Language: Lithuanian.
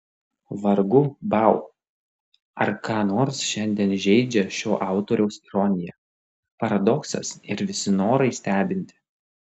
vargu bau ar ką nors šiandien žeidžia šio autoriaus ironija paradoksas ir visi norai stebinti